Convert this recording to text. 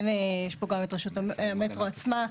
ושיש פה גם את רשות המטרו עצמה,